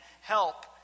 help